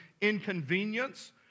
inconvenience